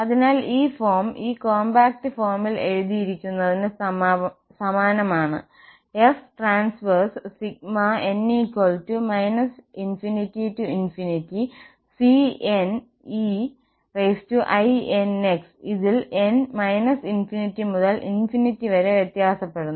അതിനാൽ ഈ ഫോം ഈ കോംപാക്റ്റ് ഫോമിൽ എഴുതിയിരിക്കുന്നതിന് സമാനമാണ് f ∼ n ∞cneinx ഇതിൽ n −∞ മുതൽ ∞ വരെ വ്യത്യാസപ്പെടുന്നു